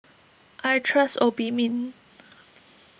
I trust Obimin